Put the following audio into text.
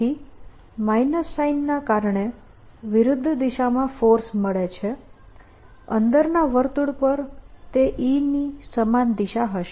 તેથી માઇનસ સાઈનના કારણે વિરુદ્ધ દિશામાં ફોર્સ મળે છે અંદરના વર્તુળ પર તે E ની સમાન દિશા હશે